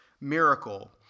miracle